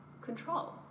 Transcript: control